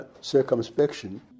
circumspection